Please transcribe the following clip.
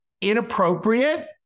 inappropriate